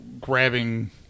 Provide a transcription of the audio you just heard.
grabbing